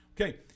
Okay